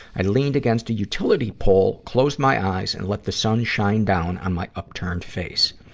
i leaned against a utility pole, closed my eyes, and let the sun shine down on my upturned face.